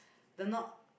they're not